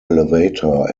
elevator